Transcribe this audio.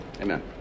Amen